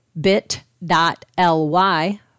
bit.ly